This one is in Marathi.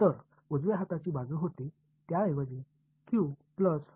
तर उजव्या हाताची बाजू होती त्याऐवजी ठीक आहे